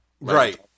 Right